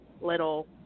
little